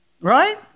Right